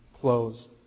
close